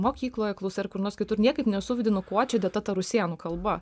mokykloje klausai ar kur nors kitur niekaip nesuvedi nu kuo čia dėta rusėnų kalba